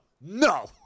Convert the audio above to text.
no